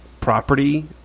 property